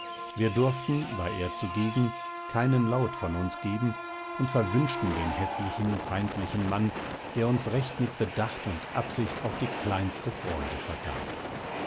wir durften war er zugegen keinen laut von uns geben und verwünschten den häßlichen feindlichen mann der uns recht mit bedacht und absicht auch die kleinste freude verdarb